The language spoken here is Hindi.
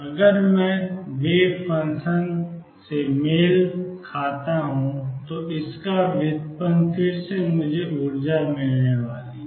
अगर मैं वेव फंक्शन से मेल खाता हूं तो इसका व्युत्पन्न फिर से मुझे ऊर्जा मिलने वाली है